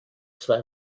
zwei